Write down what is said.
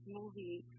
movie